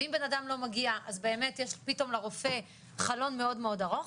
ואם אדם לא מגיע אז באמת יש פתאום לרופא חלון מאוד מאד ארוך.